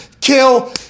kill